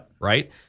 right